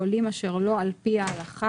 אשר לא על פי ההלכה,